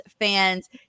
fans